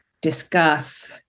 discuss